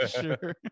Sure